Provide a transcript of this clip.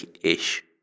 ish